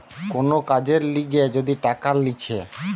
কোন কাজের লিগে যদি টাকা লিছে